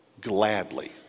gladly